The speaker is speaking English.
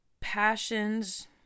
passions